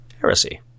heresy